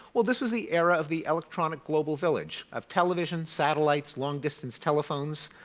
well this was the era of the electronic global village. of television, satellites, long-distance telephones,